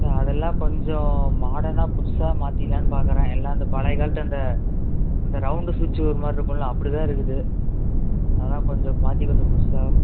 sir அதெல்லாம் கொஞ்சம் மாடர்ன்னாக புதுசாக மாற்றிட்லான்னு பார்க்குறேன் எல்லா அந்த பழைய காலத்து அந்த இந்த ரவுண்டு ஸ்விட்சு ஒரு மாதிரி இருக்குமில அப்படி தான் இருக்குது அதெல்லாம் கொஞ்சம் மாற்றி கொஞ்சம் புதுசாக